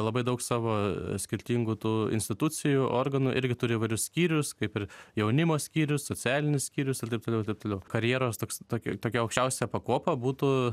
labai daug savo skirtingų tų institucijų organų irgi turi įvairius skyrius kaip ir jaunimo skyrius socialinis skyrius ir taip toliau ir taip toliau karjeros toks tokia tokia aukščiausia pakopa būtų